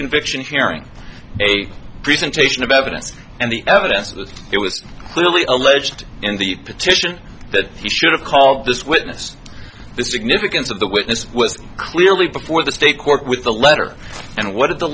conviction sharing a presentation of evidence and the evidence that it was clearly alleged in the petition that you should have called this witness the significance of the witness was clearly before the state court with the letter and what did the